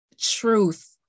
truth